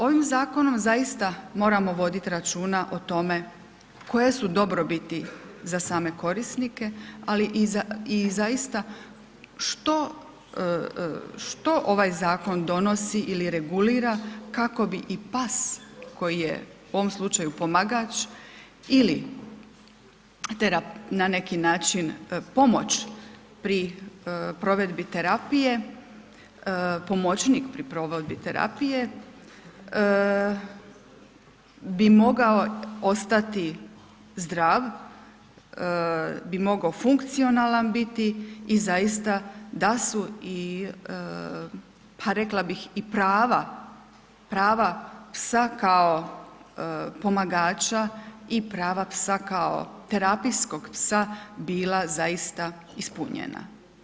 Ovim zakonom zaista moramo voditi računa o tome koje su dobrobiti za same korisnike ali i za, i zaista što, što ovaj zakon donosi ili regulira kako bi i pas koji je u ovom slučaju pomagač ili na neki način pomoć pri provedbi terapije, pomoćnik pri provedbi terapije, bi mogao ostati zdrav, bi mogao funkcionalan biti i zaista da su i a rekla bih i prava, prava psa kao pomagača i prava psa kao terapijskog psa bila zaista ispunjena.